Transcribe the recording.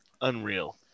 unreal